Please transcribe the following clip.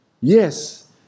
Yes